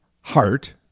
heart